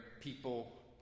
people